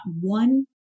one